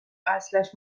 اصلش